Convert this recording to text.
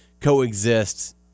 coexist